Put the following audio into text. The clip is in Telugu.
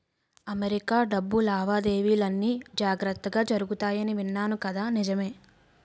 అమెరికా డబ్బు లావాదేవీలన్నీ జాగ్రత్తగా జరుగుతాయని విన్నాను కదా నిజమే